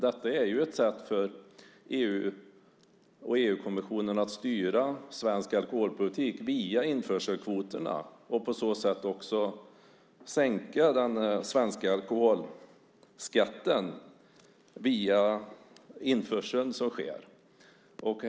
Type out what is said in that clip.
Detta är ju ett sätt för EU och EU-kommissionen att styra svensk alkoholpolitik via införselkvoterna. På så sätt sänks också den svenska alkoholskatten, via införseln som sker.